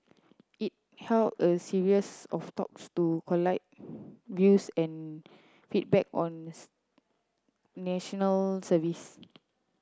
it held a series of talks to collate views and feedback on National Service